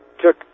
took